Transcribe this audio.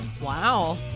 Wow